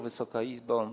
Wysoka Izbo!